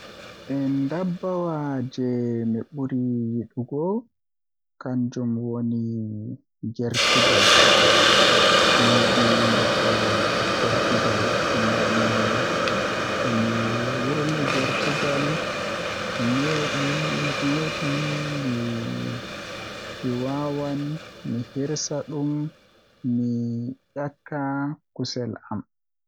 Ndabbawa jei mi buri yidugo kanjum woni gertugal ngam tomi wurni gertugam neebi-neebi mi wawan mi hirsa dum mi iyakka kudel am